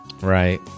Right